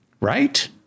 right